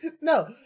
No